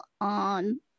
on